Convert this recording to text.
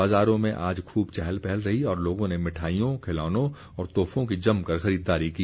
बाज़ारों में आज खूब चहल पहल रही और लोगों ने मिठाईयों खिलौनों और तोहफों की जमकर खरीददारी की